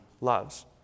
loves